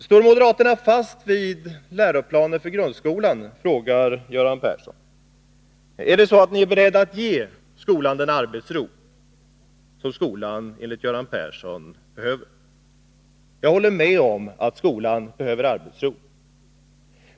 Står moderaterna fast vid läroplanen för grundskolan, frågar Göran Persson, och är det så att vi är beredda att ge skolan den arbetsro som skolan enligt Göran Persson behöver? Jag håller med om att skolan behöver arbetsro.